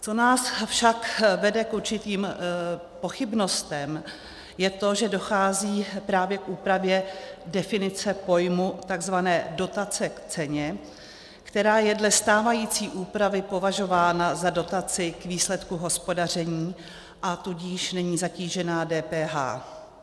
Co nás však vede k určitým pochybnostem, je to, že dochází právě k úpravě definice pojmu tzv. dotace k ceně, která je dle stávající úpravy považována za dotaci k výsledku hospodaření, a tudíž není zatížena DPH.